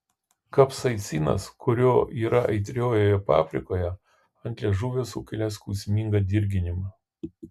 kapsaicinas kurio yra aitriojoje paprikoje ant liežuvio sukelia skausmingą dirginimą